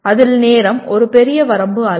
அதில் நேரம் ஒரு பெரிய வரம்பு அல்ல